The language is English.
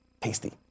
Tasty